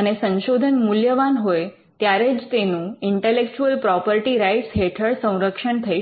અને સંશોધન મૂલ્યવાન હોય ત્યારે જ તેનું ઇન્ટેલેક્ચુઅલ પ્રોપર્ટી રાઇટ્સ હેઠળ સંરક્ષણ થઈ શકે